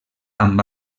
amb